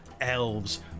elves